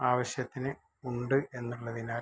ആവശ്യത്തിന് ഉണ്ട് എന്നുള്ളതിനാൽ